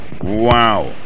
wow